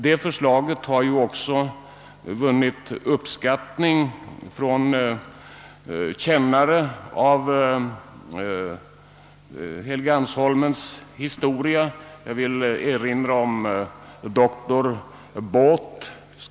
Detta förslag har ju också vunnit uppskattning från kännare av Helgeandsholmens historia. Jag vill erinra om att doktor L.M.